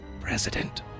president